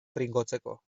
trinkotzeko